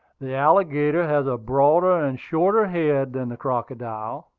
the alligator has a broader and shorter head than the crocodile.